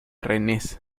rennes